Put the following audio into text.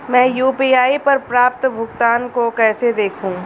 मैं यू.पी.आई पर प्राप्त भुगतान को कैसे देखूं?